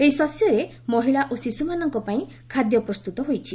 ଏହି ଶସ୍ୟରେ ମହିଳା ଓ ଶିଶ୍ରମାନଙ୍କ ପାଇଁ ଖାଦ୍ୟ ପ୍ରସ୍ତତ ହୋଇଛି